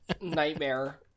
Nightmare